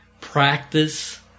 Practice